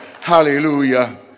hallelujah